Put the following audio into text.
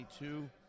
22